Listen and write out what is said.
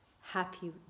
happy